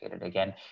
again